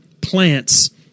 plants